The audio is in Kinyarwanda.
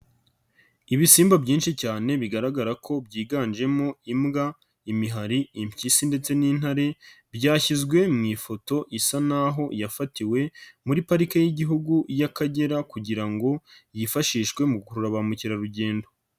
Ibisimba byinshi cyane bigaragara ko byiganjemo imbwa, imihari, impyisi ndetse n'intare, byashyizwe mu ifoto isa n'aho yafatiwe muri parike y'igihugu y'akagera kugira ngo yifashishwe mu gukurura ba mukerarugendo.